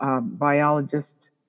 biologist